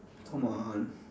come on